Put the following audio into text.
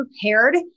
prepared